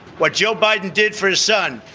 what joe biden did for his son.